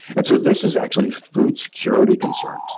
and so this is actually food security concern,